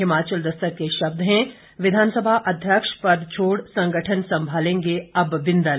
हिमाचल दस्तक के शब्द हैं विधानसभा अध्यक्ष पद छोड़ संगठन संभालेंगे अब बिंदल